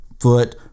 foot